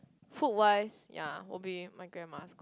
food wise ya will be my grandma's